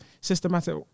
systematic